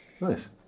nice